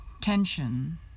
tension